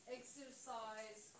exercise